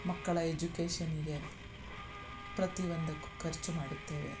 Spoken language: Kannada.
ಮಕ್ಕಳ ಎಜುಕೇಷನಿಗೆ ಪ್ರತಿಯೊಂದಕ್ಕೂ ಖರ್ಚು ಮಾಡುತ್ತೇವೆ